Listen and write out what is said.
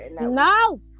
No